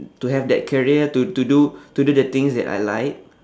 to have that career to to do to do the things that I like